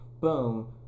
boom